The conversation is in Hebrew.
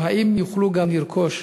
האם יוכלו גם לרכוש